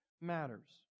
matters